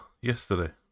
yesterday